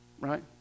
right